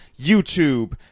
youtube